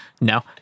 No